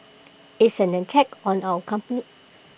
it's an attack on our company